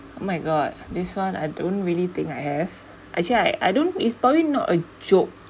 oh my god this one I don't really think I have actually I I don't it's probably not a joke